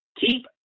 keep